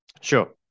Sure